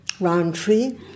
Roundtree